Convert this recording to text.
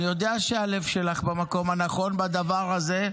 אני יודע שהלב שלך במקום הנכון בדבר הזה.